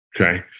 okay